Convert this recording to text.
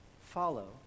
follow